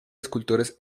escultores